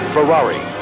Ferrari